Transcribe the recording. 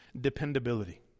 dependability